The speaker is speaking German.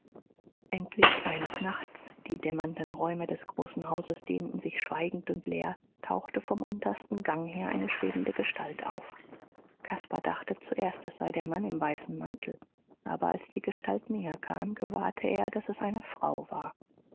endlich eines nachts die dämmernden räume des großen hauses dehnten sich schweigend und leer tauchte vom untersten gang her eine schwebende gestalt auf caspar dachte zuerst es sei der mann im weißen mantel aber als die gestalt näherkam gewahrte er daß es eine frau war